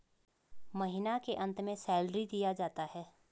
महीना के अंत में सैलरी दिया जाता है